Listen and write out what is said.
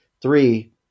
Three